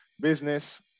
business